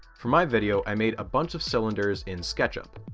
for my video i made a bunch of cylinders in sketchup,